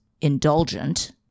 indulgent